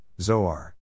Zoar